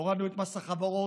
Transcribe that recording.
הורדנו את מס החברות,